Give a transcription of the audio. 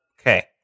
Okay